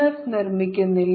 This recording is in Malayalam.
എഫ് നിർമ്മിക്കുന്നില്ല